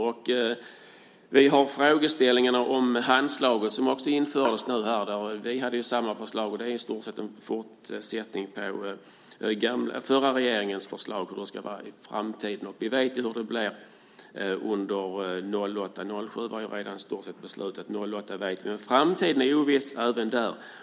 Sedan var det frågan om Handslaget. Vi hade samma förslag. Det är i stort sett en fortsättning på den förra regeringens förslag om hur det ska vara i framtiden. Vi vet hur det blir under 2008. För 2007 var det i stort sett beslutat. Men framtiden är oviss även där.